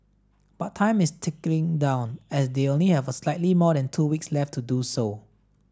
but time is ticking down as they only have slightly more than two weeks left to do so